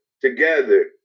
together